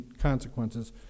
consequences